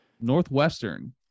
Northwestern